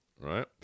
Right